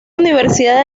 universidad